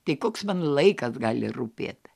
tai koks man laikas gali rūpėt